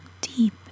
deep